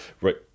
right